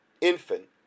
infant